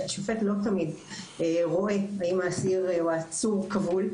שהשופט לא תמיד רואה האם האסיר או העצור כבול.